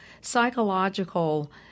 psychological